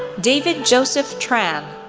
david joseph tran,